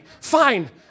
Fine